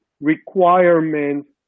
requirements